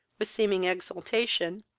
with seeming exultation,